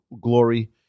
glory